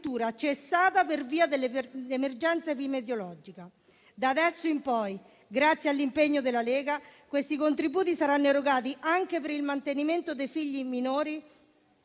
cessata per via dell'emergenza epidemiologica. Da adesso in poi, grazie all'impegno della Lega, tali contributi saranno erogati anche per il mantenimento dei figli minori